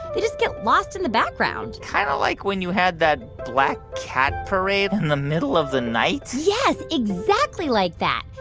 they just get lost in the background kind of like when you had that black cat parade in the middle of the night? yes, exactly like that.